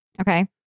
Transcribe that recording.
Okay